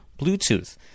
Bluetooth